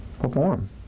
perform